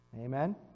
Amen